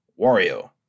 Wario